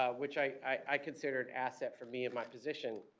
ah which i i considered asset for me in my position.